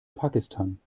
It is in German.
pakistan